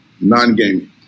non-gaming